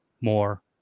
more